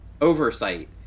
oversight